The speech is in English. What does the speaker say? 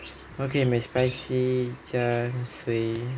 okay mcspicy 加水